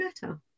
better